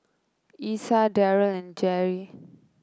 Essa Deryl and Garry